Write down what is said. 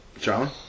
John